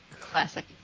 Classic